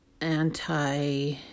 anti